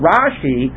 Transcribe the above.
Rashi